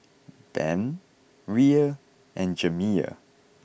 Ben Rhea and Jamiya